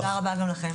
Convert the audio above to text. תודה רבה לך.